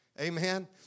Amen